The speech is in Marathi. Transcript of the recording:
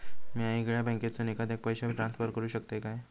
म्या येगल्या बँकेसून एखाद्याक पयशे ट्रान्सफर करू शकतय काय?